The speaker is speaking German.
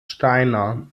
steiner